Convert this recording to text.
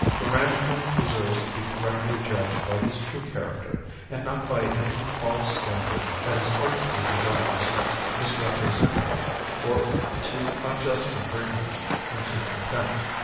the ranchman deserves to be correctly judged by his true character and not by any false standard that is artfully designed to misrepresent him or to unjustly bring him into contempt.